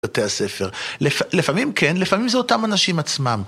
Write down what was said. בתי הספר. לפעמים כן, לפעמים זה אותם אנשים עצמם.